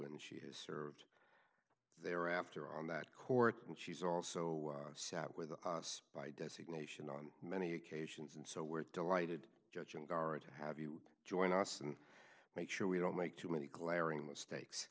and she has served there after on that court and she's also sat with us by designation on many occasions and so we're delighted judge and daryn to have you join us and make sure we don't make too many glaring mistakes